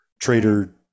trader